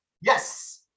Yes